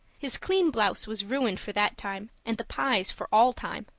his clean blouse was ruined for that time and the pies for all time.